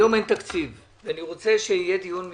היום אין תקציב, ואני רוצה שיהיה דיון פוליטי.